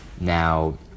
now